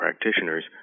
practitioners